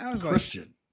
Christian